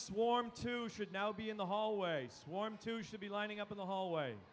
swarm to should now be in the hallway swarm to should be lining up in the hallway